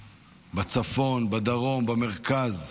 בצפון, בדרום ובמרכז.